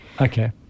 Okay